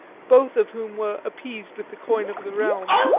both of whom were appeased with the coin of the realm,